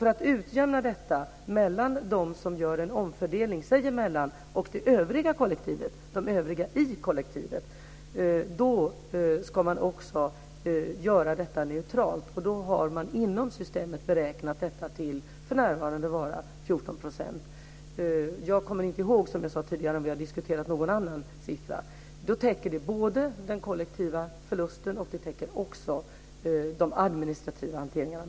Man utjämnar därför mellan dem som gör en omfördelning sinsemellan och de övriga i kollektivet och gör systemet neutralt. Och då har man inom systemet beräknat detta till att för närvarande vara 14 %; jag kommer inte ihåg, som jag sade tidigare, om vi har diskuterat någon annan siffra. Då täcker det både den kollektiva förlusten och de administrativa hanteringarna.